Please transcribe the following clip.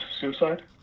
suicide